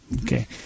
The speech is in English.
Okay